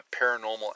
paranormal